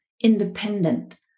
independent